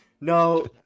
No